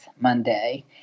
Monday